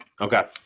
Okay